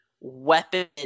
weapon